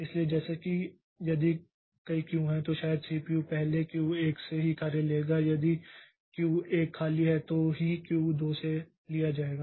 इसलिए जैसे कि यदि कई क्यू हैं तो शायद सीपीयू पहले क्यू 1 से ही कार्य लेगा और यदि यह क्यू 1 खाली है तो ही कार्य क्यू 2 से लिया जाएगा